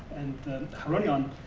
and the charonion,